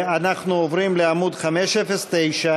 אנחנו עוברים לעמוד 509,